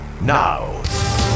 now